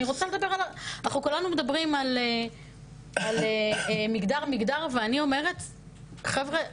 אנחנו כולנו מדברים על מגדר ואני אומרת לכם חבר'ה,